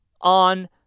on